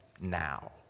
now